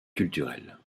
culturel